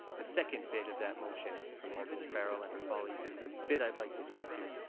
the second bit of that motion from alderman farrell and her colleagues is the bit i'd like to speak to.